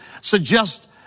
suggest